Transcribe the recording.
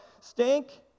stink